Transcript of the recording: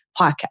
podcast